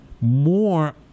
more